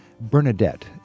Bernadette